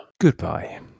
goodbye